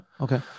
Okay